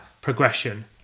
progression